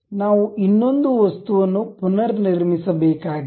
ನಾವು ಇನ್ನೊಂದು ವಸ್ತುವನ್ನು ಪುನರ್ನಿರ್ಮಿಸಬೇಕಾಗಿಲ್ಲ